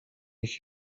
ich